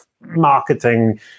marketing